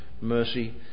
mercy